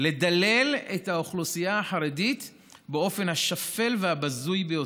לדלל את האוכלוסייה החרדית באופן השפל והבזוי ביותר.